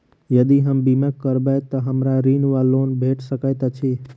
यदि हम बीमा करबै तऽ हमरा ऋण वा लोन भेट सकैत अछि?